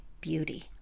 beauty